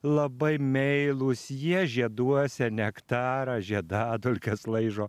labai meilūs jie žieduose nektarą žiedadulkes laižo